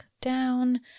down